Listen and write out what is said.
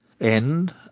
End